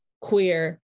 queer